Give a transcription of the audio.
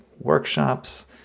workshops